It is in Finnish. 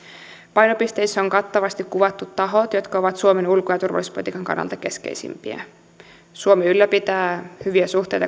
painopisteissä on kattavasti kuvattu tahot jotka ovat suomen ulko ja turvallisuuspolitiikan kannalta keskeisimpiä suomi ylläpitää hyviä suhteita